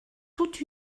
toute